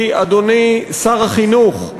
כי, אדוני שר החינוך,